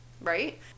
right